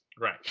Right